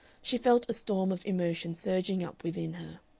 she felt a storm of emotion surging up within her.